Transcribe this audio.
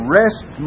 rest